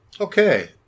Okay